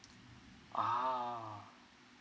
oh